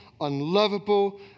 unlovable